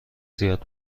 زیاد